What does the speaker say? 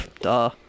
duh